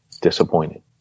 disappointed